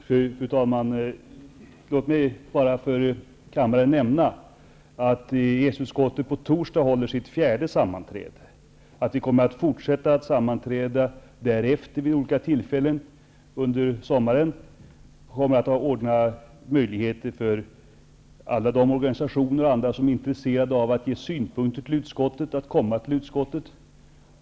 Fru talman! Låt mig för kammaren bara nämna att EES-utskottet på torsdag håller sitt fjärde sammanträde. Utskottet kommer därefter, vid olika tillfällen, att fortsätta att sammanträda under sommaren. Utskottet kommer att ordna möjligheter för alla de organisationer som är intresserade, och andra, att komma till utskottet med synpunkter.